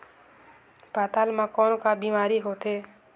पातल म कौन का बीमारी होथे?